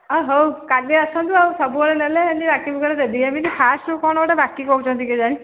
ହଁ ହଉ କାଲି ଆସନ୍ତୁ ଆଉ ସବୁବେଳେ ନେଲେ ଏମିତି ବାକି ବୁକାରେ ଦେବି ଏମିତି ଫାଷ୍ଟ୍ରୁ କ'ଣ ଗୋଟେ ବାକି କହୁଛନ୍ତି କେଜାଣି